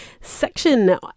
section